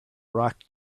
rock